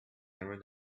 never